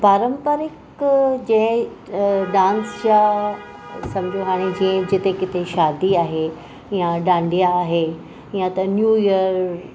पारमपारिक जंहिं डांस जा सम्झो हाणे जीअं जिथे किथे शादी आहे या डांडिया आहे या त न्यू ईयर